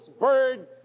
bird